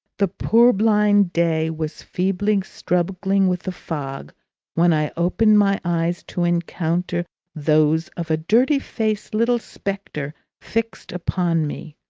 the purblind day was feebly struggling with the fog when i opened my eyes to encounter those of a dirty-faced little spectre fixed upon me.